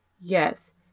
Yes